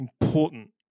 important